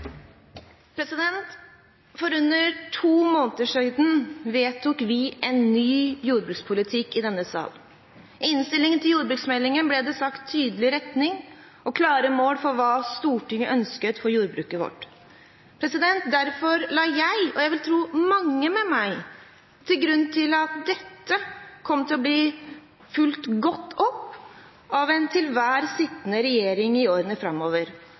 en ny jordbrukspolitikk i denne sal. I innstillingen til jordbruksmeldingen ble det satt en tydelig retning og klare mål for hva Stortinget ønsket for jordbruket vårt. Derfor la jeg, og jeg vil tro mange med meg, til grunn at dette kom til å bli fulgt godt opp av den til enhver tid sittende regjering i årene framover,